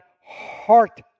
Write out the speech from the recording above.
heart